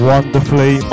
Wonderfully